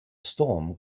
storm